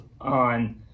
on